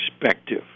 perspective